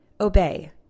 Obey